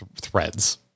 threads